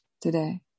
today